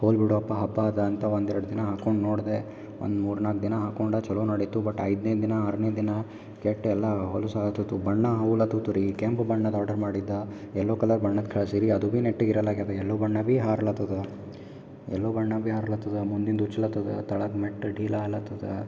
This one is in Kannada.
ಹೋಗ್ಲಿ ಬಿಡುಪ್ಪಾ ಹಬ್ಬ ಅದ ಅಂತ ಒಂದು ಎರಡು ದಿನ ಹಾಕೋಂಡು ನೋಡಿದೆ ಒಂದು ಮೂರ್ನಾಲ್ಕು ದಿನ ಹಾಕೊಂಡೆ ಚಲೋ ನಡೀತು ಬಟ್ ಐದನೇ ದಿನ ಆರನೇ ದಿನ ಕೆಟ್ಟು ಎಲ್ಲ ಹೊಲ್ಸು ಆಗತಿತ್ತು ಬಣ್ಣ ಹೋಗ್ಲತ್ತಿತ್ ರೀ ಕೆಂಪು ಬಣ್ಣದ್ದು ಆರ್ಡರ್ ಮಾಡಿದ್ದೆ ಎಲ್ಲೊ ಕಲರ್ ಬಣ್ಣದ್ದು ಕಳಿಸಿರಿ ಅದು ಬಿ ನೆಟ್ಟಗೆ ಇರಲಾಗ್ಯದ ಎಲ್ಲೋ ಬಣ್ಣ ಬಿ ಹಾರ್ಲಾತದ ಎಲ್ಲೊ ಬಣ್ಣ ಬಿ ಹಾರ್ಲಾತದ ಮುಂದಿಂದು ಉಚ್ಚಿಲತದ ತಳ ಮೆಟ್ಟು ಅಡಿಲ ಹಲಾತದ